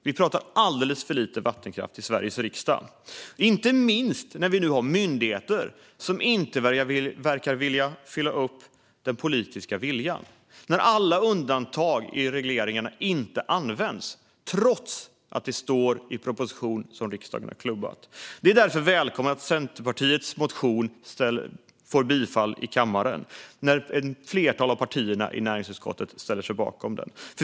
Vi pratar alldeles för lite vattenkraft i Sveriges riksdag - inte minst när vi nu har myndigheter som inte verkar vilja uppfylla den politiska viljan och alla undantag i regleringarna inte används, trots det som står i den proposition som riksdagen har klubbat. Det är därför välkommet att Centerpartiets motion får bifall i kammaren genom att ett flertal av partierna i näringsutskottet ställer sig bakom den.